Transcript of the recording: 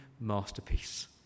masterpiece